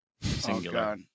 singular